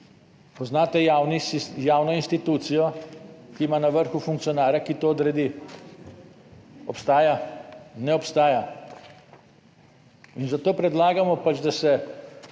Poznate javno institucijo, ki ima na vrhu funkcionarja, ki to odredi? Obstaja? Ne obstaja. In zato predlagamo pač, da se